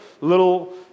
little